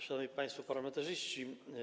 Szanowni Państwo Parlamentarzyści!